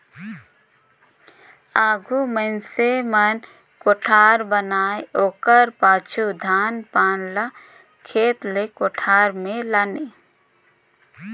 आघु मइनसे मन कोठार बनाए ओकर पाछू धान पान ल खेत ले कोठार मे लाने